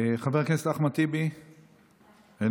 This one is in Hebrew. חבר הכנסת אחמד טיבי, איננו,